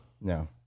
No